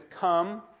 come